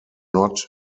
not